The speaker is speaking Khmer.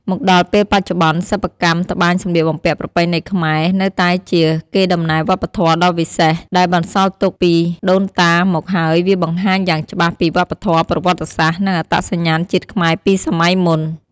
មកដល់ពេលបច្ចុប្បន្ន សិប្បកម្មត្បាញសម្លៀកបំពាក់ប្រពៃណីខ្មែរ នៅតែជាកេរដំណែលវប្បធម៌ដ៏វិសេសដែលបន្សល់ទុកពីដូនតាមកហើយវាបង្ហាញយ៉ាងច្បាស់ពីវប្បធម៌ ប្រវត្តិសាស្ត្រ និងអត្តសញ្ញាណជាតិខ្មែរពីសម័យមុន។